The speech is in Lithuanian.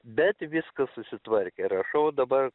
bet viskas susitvarkė rašau dabar